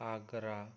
Agra